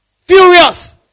furious